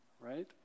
right